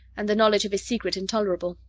and the knowledge of his secret intolerable.